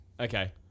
Okay